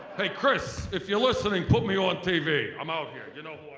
hey chris, if you're listening put me on tv, i'm out here. you know